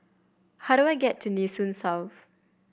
how do I get to Nee Soon South